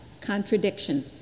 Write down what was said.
contradiction